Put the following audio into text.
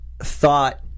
thought